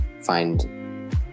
find